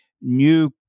new